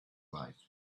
life